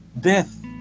Death